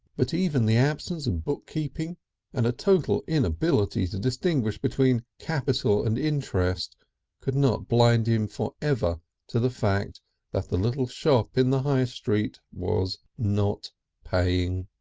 but even the absence of book-keeping and a total inability to distinguish between capital and interest could not blind him for ever to the fact that the little shop in the high street was not paying.